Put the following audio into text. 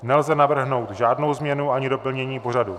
Nelze navrhnout žádnou změnu ani doplnění pořadu.